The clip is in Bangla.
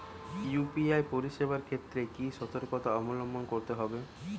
ইউ.পি.আই পরিসেবার ক্ষেত্রে কি সতর্কতা অবলম্বন করতে হবে?